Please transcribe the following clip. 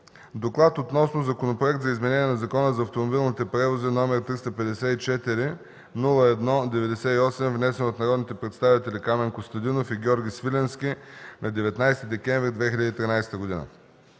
„ДОКЛАД относно Законопроект за изменение на Закона за автомобилните превози, № 354-01-98, внесен от народните представители Камен Костадинов и Георги Свиленски на 19 декември 2013 г.